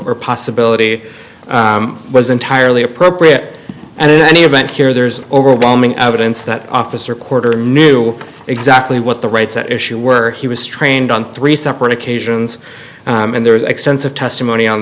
or possibility was entirely appropriate and in any event here there's overwhelming evidence that officer quarter knew exactly what the rights at issue were he was trained on three separate occasions and there was extensive testimony on